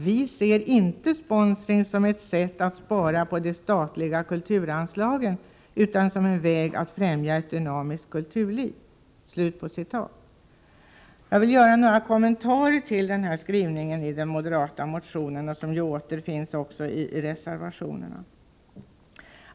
Vi ser inte sponsring som ett sätt att spara på de statliga kulturanslagen utan som en väg att främja ett dynamiskt kulturliv.” Jag vill göra några kommentarer till denna skrivning i den moderata motionen, en skrivning som återfinns också i de moderata reservationerna.